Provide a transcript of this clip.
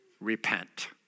repent